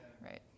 right